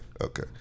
okay